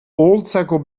oholtzako